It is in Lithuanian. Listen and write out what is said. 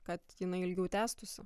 kad jinai ilgiau tęstųsi